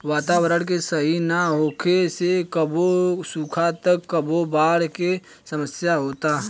वातावरण के सही ना होखे से कबो सुखा त कबो बाढ़ के समस्या होता